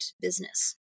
business